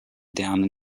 down